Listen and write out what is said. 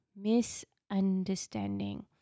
misunderstanding